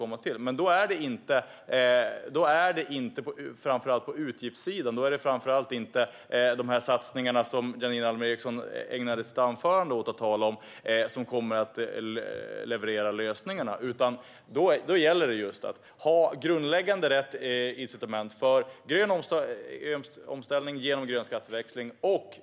Men då är det inte framför allt de satsningar som Janine Alm Ericson ägnade sitt anförande åt att tala om som kommer att leverera lösningarna, utan då gäller det att ha grundläggande rätt incitament för grön omställning genom grön skatteväxling.